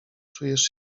czujesz